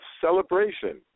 celebration